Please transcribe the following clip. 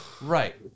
Right